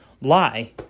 lie